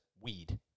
weed